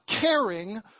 caring